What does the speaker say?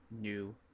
new